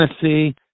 Tennessee